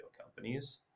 companies